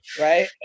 right